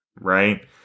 right